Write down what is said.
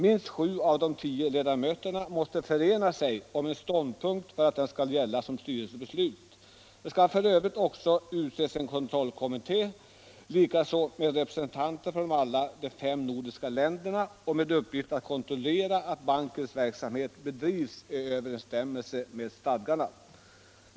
Minst sju av de tio ledamöterna måste förena sig om en ståndpunkt för att den skall gälla som styrelsens bestut. Det skall f. ö. också utses en kontrollkommitté, likaså med representation för alla de fem nordiska länderna, med uppgift att kontrollera att bankens verksamhet bedrivs i överensstämmelse med stadgarna.